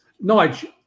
Nigel